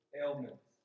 ailments